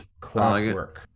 clockwork